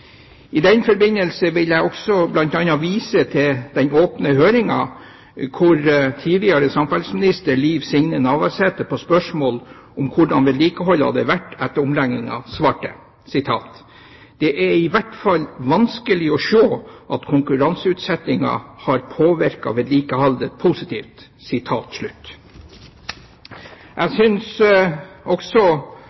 I den forbindelse vil jeg også bl.a. vise til den åpne høringen, hvor tidligere samferdselsminister Liv Signe Navarsete på spørsmål om hvordan vedlikeholdet hadde vært etter omleggingen, svarte: «Det er i hvert fall vanskeleg å sjå at konkurranseutsetjinga har påvirka vedlikehaldet positivt.» Jeg